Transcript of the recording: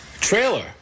trailer